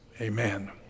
amen